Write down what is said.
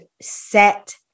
set